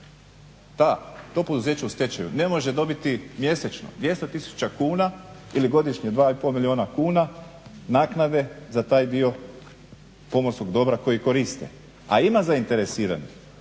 da to poduzeće u stečaju ne može dobiti mjesečno 200 tisuća kuna ili godišnje 2,5 milijuna kuna naknade za taj dio pomorskog dobra koji koriste. A ima zainteresiranih,